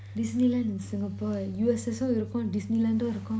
Disneyland in singapore and U_S_S இருக்கும்:irukum Disneyland இருக்கும்:irukum